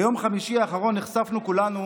ביום חמישי האחרון נחשפנו כולנו